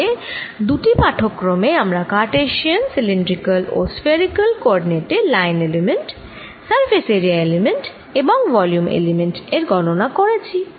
তাহলে দুটি পাঠক্রমে আমরা কারটেসিয়ান সিলিন্ড্রিকাল ও স্ফেরিকাল কোঅরডিনেট এ line element surface area element এবং ভলিউম এলিমেন্ট এর গণনা করেছি